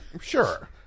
Sure